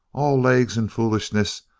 all legs and foolishness,